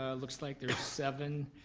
ah looks like there's seven,